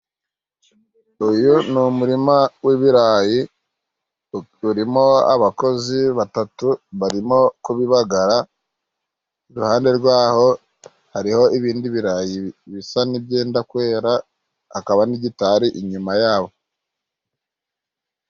uyu ni umurima w'ibirayi urimo abakozi batatu. Barimo kubibagara. Iruhande rwaho hariho ibindi birarayi bisa n'ibyenda kwera hakaba n'igitari inyuma yabo.